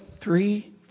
three